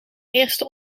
eerste